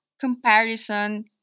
Comparison